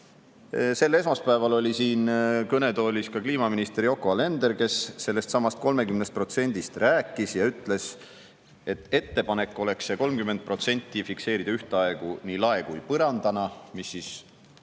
Sel esmaspäeval oli siin kõnetoolis ka kliimaminister Yoko Alender, kes sellestsamast 30%-st rääkis ja ütles, et ettepanek oleks see 30% fikseerida ühtaegu nii lae kui põrandana, mis justkui